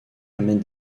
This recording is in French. amène